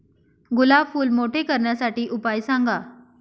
गुलाब फूल मोठे करण्यासाठी उपाय सांगा?